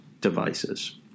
devices